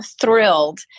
thrilled